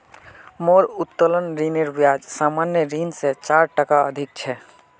मोर उत्तोलन ऋनेर ब्याज सामान्य ऋण स चार टका अधिक छ